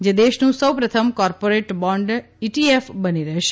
જે દેશનું સૌપ્રથમ કોર્પોરેટ બોન્ડ ઇટીએફ બની રહેશે